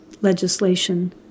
legislation